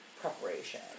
preparation